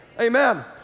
Amen